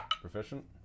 Proficient